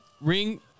ring